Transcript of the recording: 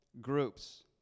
groups